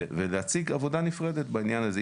ולהציג עבודה נפרדת בעניין הזה.